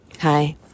hi